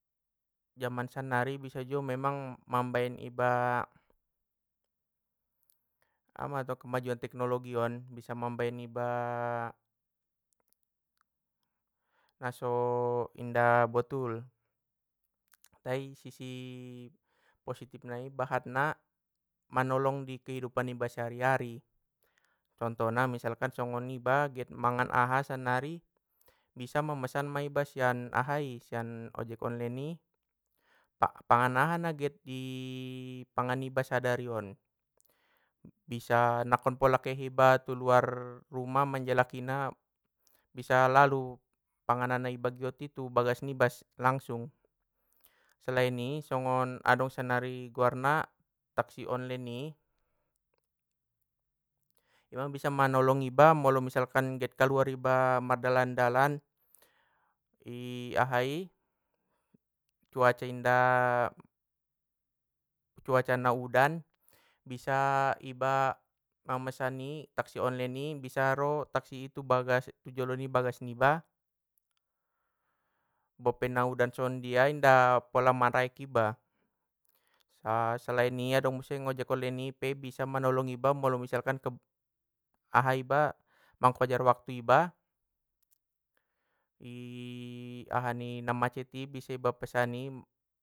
Jaman sannari bisa juo memang mambaen iba, aha mattong kemajuan teknologi on bisa mambaen iba naso inda botul tai sisi positifnai bahatna manolong i kehidupan niba sehari hari! Contohna misalkan songon iba get mahan aha sannari, bisa mamesan ma iba sian ahai sian ojek onlen i pa pangan aha na get i pangan niba sadarion, bisa nangkon pola ke hiba tu luar rumah manjalakina, bisa lalu panganan na iba gioti tu bagas niba langsung, selain i adong sonnari guarna taksi onlen i, ima bisa manolong iba molo misalkan get kaluar iba mardalan dalan, ahai, cuaca inda- cuaca na udan bisa iba mamesan i taksi onlen i bisa ro taksi i tu bagas tu jolo ni bagas niba, bope na udan songondia inda pola maraek iba, sa salain i adong muse ojek onlen i pe bisa manolong iba molo misalkan keb aha iba mangkojar waktu iba aha ni macet i bisa iba pesan i.